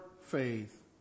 faith